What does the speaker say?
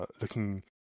looking